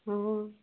हँ